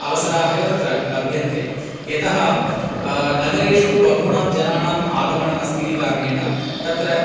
अवसराः एव तत्र लभ्यन्ते यतः नगरेषु बहूनां जनानाम् आगमनम् अस्तीति कारणेन तत्र